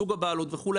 סוג הבעלות וכו',